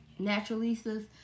naturalistas